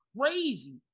crazy